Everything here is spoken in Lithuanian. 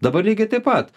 dabar lygiai taip pat